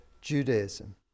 Judaism